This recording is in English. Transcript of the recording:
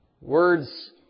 Words